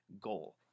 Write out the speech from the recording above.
goal